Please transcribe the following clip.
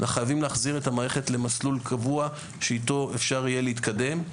חייבים להחזיר את המערכת למסלול קבוע שאיתו אפשר יהיה להתקדם.